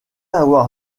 avoir